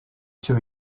should